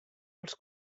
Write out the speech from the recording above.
els